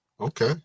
Okay